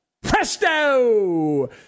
presto